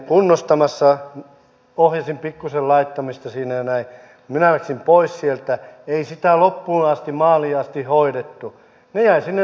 päivän mittaan puhuttiin paljon myös maahanmuutosta ja maahanmuuttajien työllistymisestä ja edustaja yanar käytti vahvan puheenvuoron maahanmuuttajien turvapaikanhakijoiden ja perheenyhdistämisen puolesta